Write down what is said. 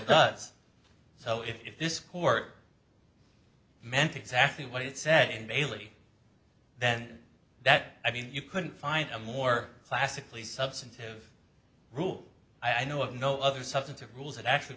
does so if this court meant exactly what it said and bailey and that i mean you couldn't find a more classically substantive rule i know of no other substance of rules that actually